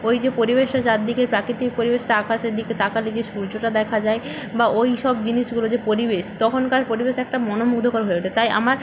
ওই যে পরিবেশের চার দিকে প্রাকৃতিক পরিবেশ তা আকাশের দিকে তাকালে যে সূর্যটা দেখা যায় বা ওই সব জিনিসগুলো যে পরিবেশ তখনকার পরিবেশ একটা মনোমুগ্ধকর হয়ে ওঠে তাই আমার